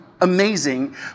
amazing